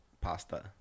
pasta